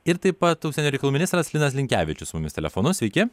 ir taip pat užsienio reikalų ministras linas linkevičius su mumis telefonu sveiki